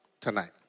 tonight